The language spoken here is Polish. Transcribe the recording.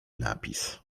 napis